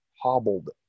hobbled